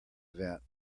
event